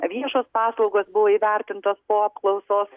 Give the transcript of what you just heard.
viešos paslaugos buvo įvertintos po apklausos